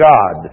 God